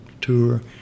tour